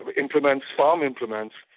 but implements, farm implements,